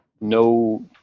no